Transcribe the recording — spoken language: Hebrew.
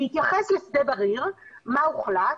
בהתייחס לשדה בריר מה הוחלט?